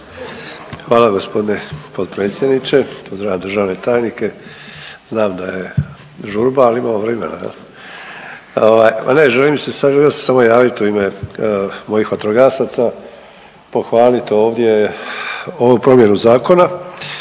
Hvala gospodine potpredsjedniče. Pozdravljam državne e tajnice, znam da je žurba ali imamo vrimena. Ma ne želio sam se samo javiti u ime mojih vatrogasaca, pohvaliti ovdje ovu promjenu zakona